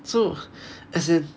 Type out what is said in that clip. so as in